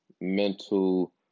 mental